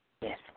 Yes